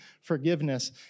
forgiveness